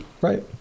Right